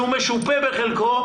בחלקו,